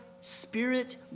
spirit